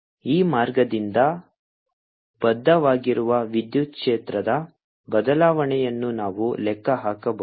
ಈ ಮಾರ್ಗದಿಂದ ಬದ್ಧವಾಗಿರುವ ವಿದ್ಯುತ್ ಕ್ಷೇತ್ರದ ಬದಲಾವಣೆಯನ್ನು ನಾವು ಲೆಕ್ಕ ಹಾಕಬಹುದು